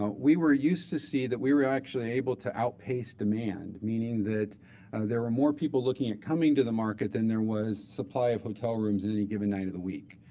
we used to see that we were actually able to outpace demand, meaning that there were more people looking at coming to the market than there was supply of hotel rooms in any given night of the week.